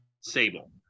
Sable